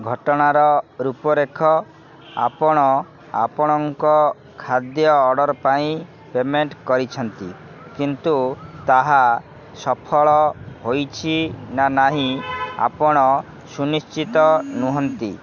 ଘଟଣାର ରୂପରେଖ ଆପଣ ଆପଣଙ୍କ ଖାଦ୍ୟ ଅର୍ଡ଼ର୍ ପାଇଁ ପେମେଣ୍ଟ୍ କରିଛନ୍ତି କିନ୍ତୁ ତାହା ସଫଳ ହୋଇଛି ନା ନାହିଁ ଆପଣ ସୁନିଶ୍ଚିତ ନୁହଁନ୍ତି